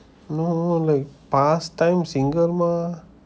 no no like past time single mah